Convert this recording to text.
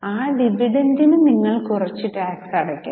ആ ഡിവിഡന്റിന് നിങ്ങൾ കുറച്ചു ടാക്സ് അടയ്ക്കുന്നു